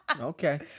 Okay